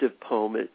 poem